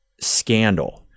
scandal—